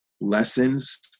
lessons